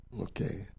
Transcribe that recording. Okay